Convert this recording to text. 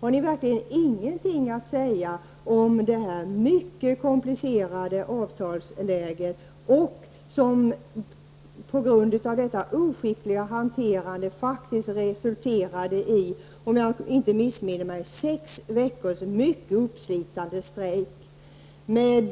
Har ni verkligen ingenting att säga om det mycket komplicerade avtalsläget, som på grund av detta oskickliga hanterande resulterade i, om jag inte missminner mig, sex veckors mycket påfrestande strejk med